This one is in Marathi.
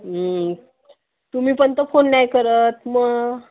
तुम्ही पण तर फोन नाही करत मग